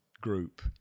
group